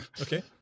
Okay